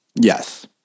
Yes